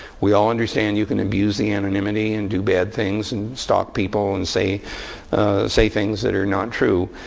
we all understand you can abuse the anonymity, and do bad things, and stalk people, and say say things that are not true.